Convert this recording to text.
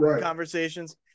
conversations